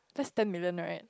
just ten million right